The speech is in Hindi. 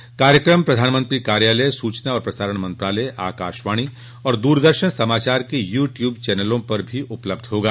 यह कार्यक्रम प्रधानमंत्री कार्यालय सूचना और प्रसारण मंत्रालय आकाशवाणी और दूरदर्शन समाचार के यू ट्यूब चैनलों पर भी उपलब्ध होगा